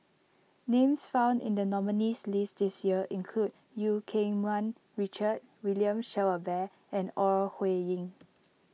names found in the nominees' list this year include Eu Keng Mun Richard William Shellabear and Ore Huiying